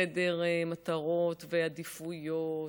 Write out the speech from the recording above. ולא סדר מטרות ועדיפויות,